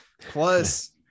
Plus